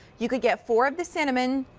you can get four of the cinnamon.